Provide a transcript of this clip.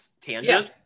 tangent